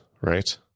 right